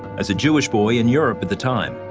as a jewish boy in europe at the time,